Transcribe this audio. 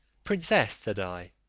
princess, said i,